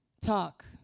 talk